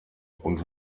und